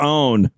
own